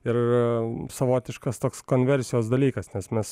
ir savotiškas toks konversijos dalykas nes mes